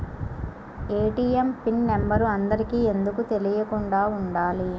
ATM pin number అందరికి ఎందుకు తెలియకుండా ఉండాలి?